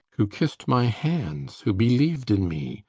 who kissed my hands. who believed in me.